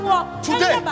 Today